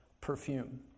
perfume